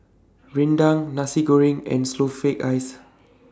Rendang Nasi Goreng and Snowflake Ice